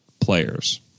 players